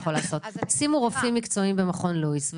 שימו רופאים מקצועיים במכון לואיס.